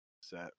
set